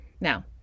Now